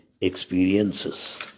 experiences